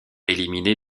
éliminée